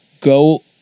go